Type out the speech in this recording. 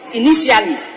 initially